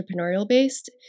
entrepreneurial-based